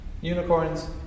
unicorns